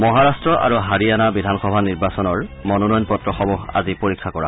মহাৰাষ্ট্ৰ আৰু হাৰিয়ানা বিধানসভা নিৰ্বাচনৰ মনোনয়ন পত্ৰসমূহ আজি পৰীক্ষা কৰা হব